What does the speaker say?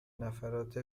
نفرات